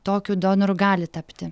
tokiu donoru gali tapti